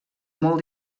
molt